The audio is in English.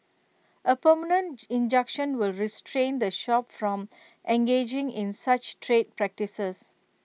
A permanent injunction will restrain the shop from engaging in such trade practices